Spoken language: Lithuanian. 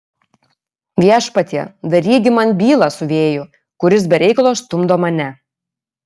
viešpatie daryk gi man bylą su vėju kuris be reikalo stumdo mane